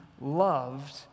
loved